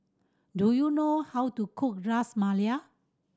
do you know how to cook Ras Malai